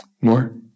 More